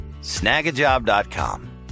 Snagajob.com